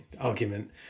argument